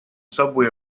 subway